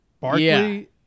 Barkley